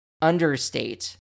understate